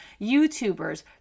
YouTubers